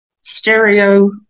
stereo